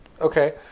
Okay